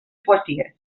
poitiers